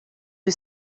who